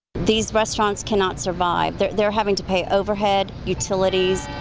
these restaurants cannot survive they're they're having to pay overhead utilities.